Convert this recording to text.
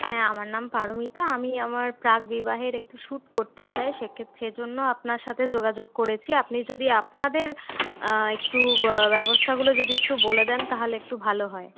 হ্যাঁ আমার নাম পারমিতা আমি আমার প্রাক বিবাহের একটি শুট করতে চাই সে ক্ষেত্রে সে জন্য আপনার সাথে যোগাযোগ করেছি আপনি যদি আপনাদের একটু ব্যবস্থাগুলো যদি একটু বলে দেন তাহলে একটু ভালো হয়